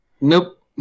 Nope